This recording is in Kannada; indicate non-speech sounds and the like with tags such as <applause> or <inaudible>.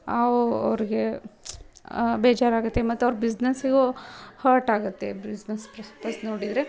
ಅವು ಅವ್ರಿಗೆ ಬೇಜಾರಾಗುತ್ತೆ ಮತ್ತು ಅವ್ರ ಬಿಸ್ನಸ್ಸಿಗೂ ಹರ್ಟ್ ಆಗುತ್ತೆ ಬಿಸ್ನಸ್ <unintelligible> ನೋಡಿದರೆ